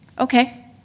Okay